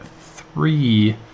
three